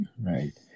right